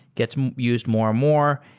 gets used more and more.